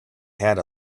had